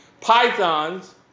pythons